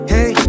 Hey